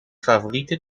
favoriete